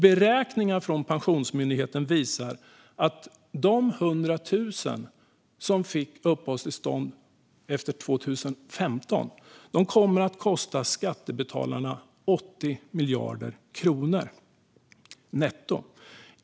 Beräkningar från Pensionsmyndigheten visar att de 100 000 som fick uppehållstillstånd efter 2015 kommer att kosta skattebetalarna 80 miljarder kronor netto.